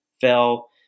fell